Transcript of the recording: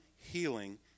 healing